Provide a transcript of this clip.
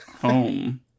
home